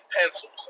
pencils